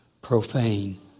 profane